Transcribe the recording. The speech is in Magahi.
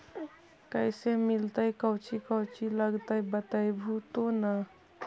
कैसे मिलतय कौची कौची लगतय बतैबहू तो न?